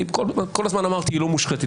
אני כל הזמן אמרתי שהיא לא מושחתת,